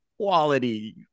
quality